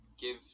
give